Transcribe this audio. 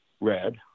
red